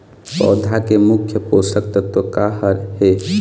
पौधा के मुख्य पोषकतत्व का हर हे?